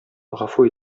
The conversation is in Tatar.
гафу